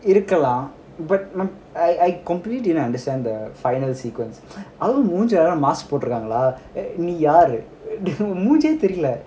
இருக்கலாம்:irukkalam but m~ I I completely didn't understand the final sequence அதுவும்மூஞ்சபோட்ருக்காங்களா:adhukkum muncha podurukkangkala mask நீயாருமூஞ்சேதெரில:ni yaru muncho therila